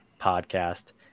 podcast